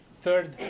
third